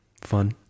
Fun